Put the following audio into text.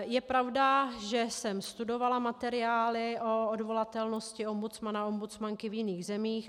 Je pravda, že jsem studovala materiály o odvolatelnosti ombudsmana, ombudsmanky v jiných zemích.